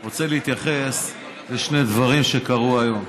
אני רוצה להתייחס לשני דברים שקרו היום.